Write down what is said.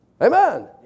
amen